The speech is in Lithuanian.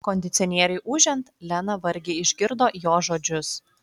kondicionieriui ūžiant lena vargiai išgirdo jo žodžius